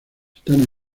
están